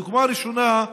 דוגמה ראשונה,